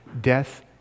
death